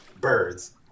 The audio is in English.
birds